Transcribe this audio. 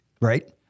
Right